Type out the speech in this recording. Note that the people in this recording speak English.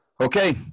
Okay